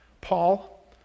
Paul